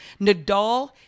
Nadal